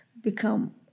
become